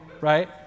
right